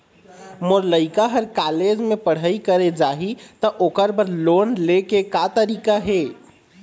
मोर लइका हर कॉलेज म पढ़ई करे जाही, त ओकर बर लोन ले के का तरीका हे?